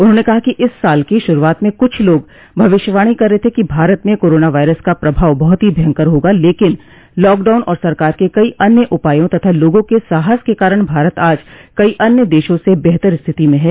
उन्होंने कहा कि इस साल की शुरूआत में कुछ लोग भविष्यवाणी कर रहे थे कि भारत में कोरोना वायरस का प्रभाव बहुत ही भयंकर होगा लेकिन लॉकडाउन और सरकार के कई अन्य उपायों तथा लोगों के साहस के कारण भारत आज कई अन्य देशों से बेहतर स्थिति में है